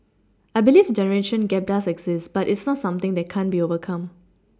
I believe the generation gap does exist but it's not something that can't be overcome